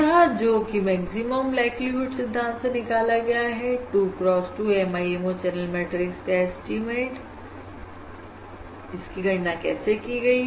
यह जो कि मैक्सिमम लाइक्लीहुड सिद्धांत से निकाला गया है 2 cross 2 MIMO चैनल मैट्रिक्स का एस्टीमेट की गणना कैसे की गई